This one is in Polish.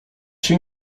się